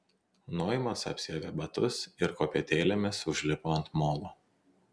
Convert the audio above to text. noimanas apsiavė batus ir kopėtėlėmis užlipo ant molo